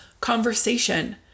conversation